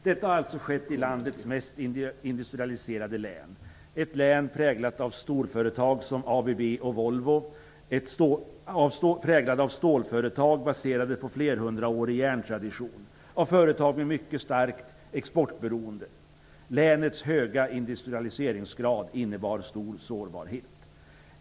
Detta har alltså skett i landets mest industrialiserade län - ett län präglat av storföretag som ABB och Volvo, av stålföretag baserade på flerhundraårig järntradition och av företag med mycket starkt exportberoende. Länets höga industrialiseringsgrad innebar stor sårbarhet.